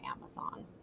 Amazon